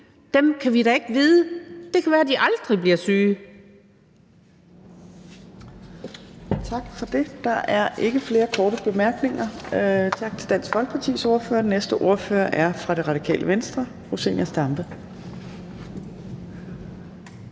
der aldrig har været syge. Det kan være, de aldrig bliver syge.